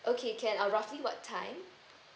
okay can uh roughly what time